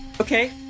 Okay